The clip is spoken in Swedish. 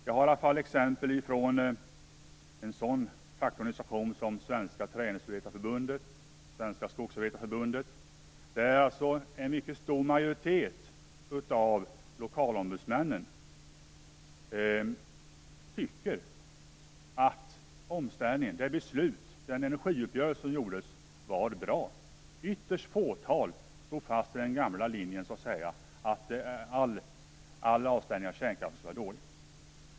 Jag har i alla fall exempel från fackorganisationer som Svenska Träindustriarbetareförbundet och Svenska Skogsarbetareförbundet, där en mycket stor majoritet av lokalombudsmännen tycker att det beslut som fattades och den energiuppgörelse som träffades var bra. Ytterst få står fast vid den gamla linjen och hävdar att all avstängning av kärnkraften är dålig.